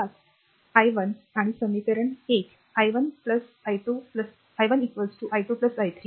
5 i1 आणि समीकरण 1 i1 r i2 i3